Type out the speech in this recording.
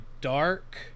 dark